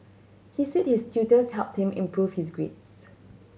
he said his tutors helped him improve his grades